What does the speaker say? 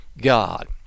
God